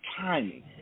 timing